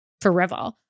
forever